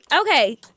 Okay